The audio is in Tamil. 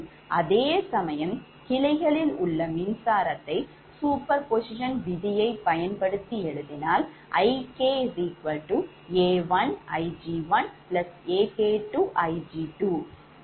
அதேசமயம் கிளைகளில் உள்ள மின்சாரதை superposition விதியை பயன்படுத்தி எழுதினால் 𝐼𝐾𝐴1𝐼𝑔1𝐴𝐾2𝐼𝑔2 என்று ஆகும்